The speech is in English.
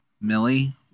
millie